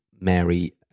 Mary